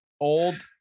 Old